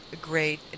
great